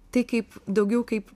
tai kaip daugiau kaip